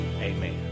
Amen